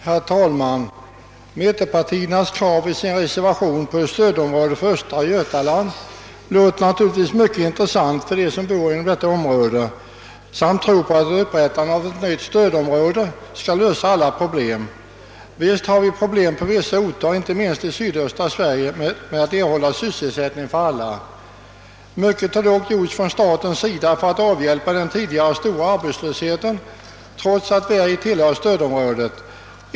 Herr talman! Mittenpartiernas krav i reservationen 2 om ett stödområde för östra Götaland verkar naturligtvis mycket intressant för de människor som bor inom området och tror att upprättandet av ett nytt stödområde löser alla problem. Och visst har vi problem på vissa orter, inte minst i sydöstra Sverige, när det gäller att bereda sysselsättning åt alla. Mycket har emellertid gjorts från statens sida för att avhjälpa den tidigare stora arbetslösheten, trots att vi inte tillhör stödområdet.